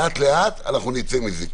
לאט-לאט נצא מזה,